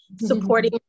supporting